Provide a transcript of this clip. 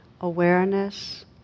awareness